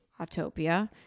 Autopia